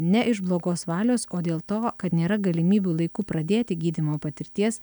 ne iš blogos valios o dėl to kad nėra galimybių laiku pradėti gydymo patirties